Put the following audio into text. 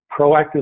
proactively